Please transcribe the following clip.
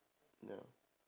no